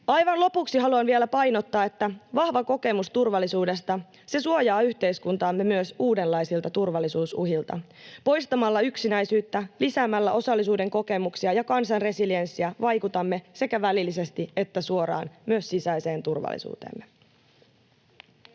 Aivan lopuksi haluan vielä painottaa, että vahva kokemus turvallisuudesta, se suojaa yhteiskuntaamme myös uudenlaisilta turvallisuusuhilta. Poistamalla yksinäisyyttä, lisäämällä osallisuuden kokemuksia ja kansan resilienssiä vaikutamme sekä välillisesti että suoraan myös sisäiseen turvallisuuteemme.